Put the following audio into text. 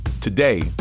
Today